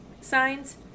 signs